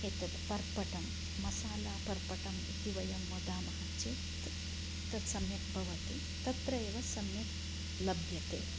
एतत् पर्पटं मसाला पर्पटम् इति वयं वदामः चेत् तत् सम्यक् भवति तत्र एव सम्यक् लभ्यते